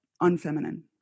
unfeminine